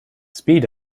speed